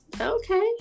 Okay